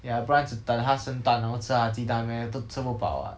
ya 不然只等它生蛋然后吃它的鸡蛋 meh 都吃不饱啊:dou chi bubao a